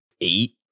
eight